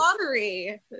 lottery